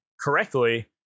correctly